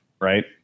right